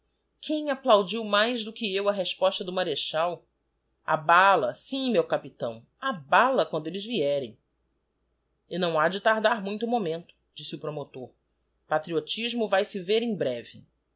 quem applaudiu mais do que eu a resposta do marechal a bala sim meu capitão á bala quando elles vierem e não ha de tardar muito o momento disse o promotor patriotismo vae-se vr em breve